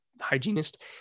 hygienist